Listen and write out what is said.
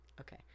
okay